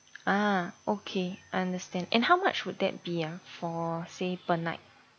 ah okay understand and how much would that be ah for say per night